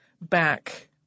back